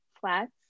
flats